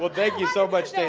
but thank you so much, stacey.